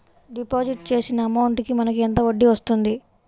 Deposit చేసిన amount కి మనకి ఎంత వడ్డీ వస్తుంది?